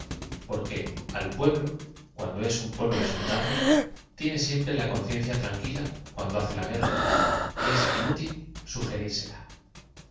p u eblo cuando es un pue blo de soldados tiene siem pre la conciencia tranquila cuando hace la guerra y es inútil sugerírsela